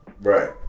right